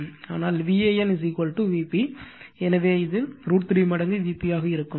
ஆனால் VAN Vp எனவே இது √ 3 மடங்கு Vp ஆக இருக்கும்